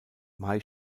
may